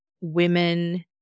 women